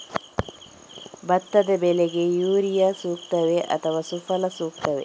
ಭತ್ತದ ಬೆಳೆಗೆ ಯೂರಿಯಾ ಸೂಕ್ತವೇ ಅಥವಾ ಸುಫಲ ಸೂಕ್ತವೇ?